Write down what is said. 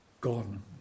gone